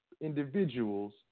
individuals